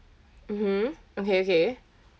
mmhmm okay okay